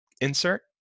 insert